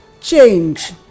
change